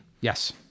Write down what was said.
Yes